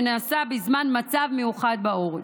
שנעשה בזמן מצב מיוחד בעורף.